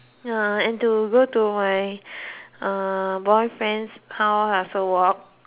ya and to go to my uh boyfriend's house I also walk